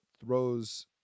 throws